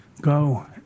go